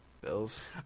Bills